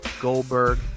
Goldberg